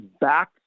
back